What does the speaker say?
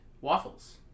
Waffles